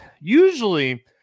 usually